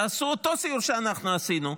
תעשו את אותו סיור שאנחנו עשינו.